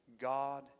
God